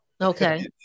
Okay